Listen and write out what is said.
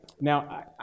Now